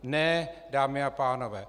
Ne, dámy a pánové!